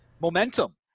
momentum